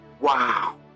wow